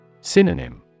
Synonym